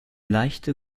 leichte